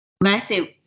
massive